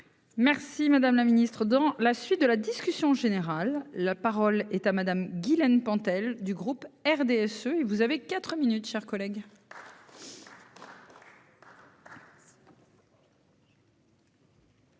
Merci, madame la Ministre, dans la suite de la discussion générale. La parole est à madame Guilaine Pantel du groupe RDSE. Et vous avez 4 minutes, chers collègues.